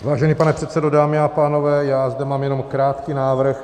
Vážený pane předsedo, dámy a pánové, já zde mám jenom krátký návrh.